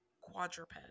quadruped